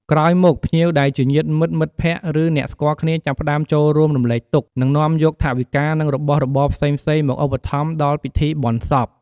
ក្រោយមក ភ្ញៀវដែលជាញាតិមិត្ត មិត្តភក្តិ ឬអ្នកស្គាល់គ្នា ចាប់ផ្តើមចូលរួមរំលែកទុក្ខ និងនាំយកថវិកា ឬរបស់របរផ្សេងៗមកឧបត្ថម្ភដល់ពិធីបុណ្យសព។